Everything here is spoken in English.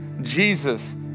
Jesus